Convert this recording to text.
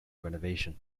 renovation